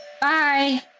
bye